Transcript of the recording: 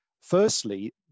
Firstly